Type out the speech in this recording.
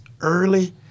early